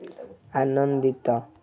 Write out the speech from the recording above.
ଆନନ୍ଦିତ